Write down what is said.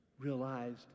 realized